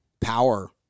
power